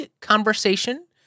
conversation